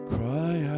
Cry